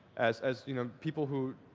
as as you know people who